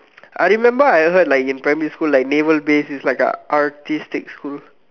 I remember I heard like in primary school like naval base is like the artistic school